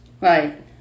Right